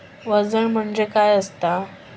वजन म्हणजे काय असता?